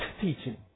teaching